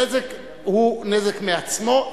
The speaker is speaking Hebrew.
הנזק הוא נזק מעצמו,